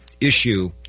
issue